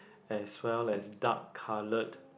as well as dark coloured